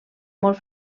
molt